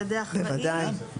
בוודאי.